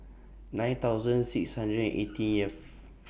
nine thousand six hundred eighteenth